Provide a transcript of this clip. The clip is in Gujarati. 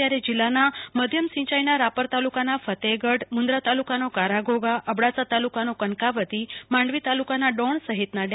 ત્યારે જિલ્લાના મધ્યમ સિંચાઈના રાપર તાલુકાના ફતેહગઢ મુંદરા તાલુકાનો કારાઘોઘા અબડાસા તાલુકાનો કનકાવતી માંડવી તાલુકાનો ડોણ સહિતના ડેમો ઓગની ગયા છે